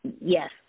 Yes